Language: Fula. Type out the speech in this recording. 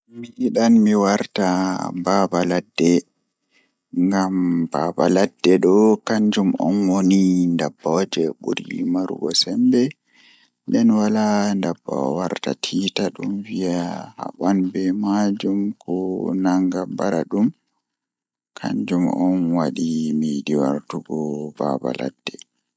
So mi waawi waawugol ko ɗi land animal moƴƴi, miɗo ɗonnoo ko hara naange. Ko ɗum waawataa no ngoodi e fota, sabu hara naange waawataa so a jaɓɓitiri kaɓe heɓugol waɗde gollal gite ngam e jaasi.